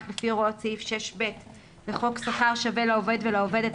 לפי הוראות סעיף 6ב לחוק שכר שווה לעובדת ולעובד,